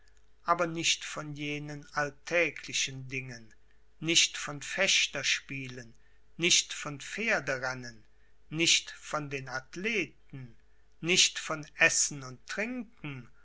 aber nicht von jenen alltäglichen dingen nicht von fechterspielen nicht von pferderennen nicht von den athleten nicht von essen und trinken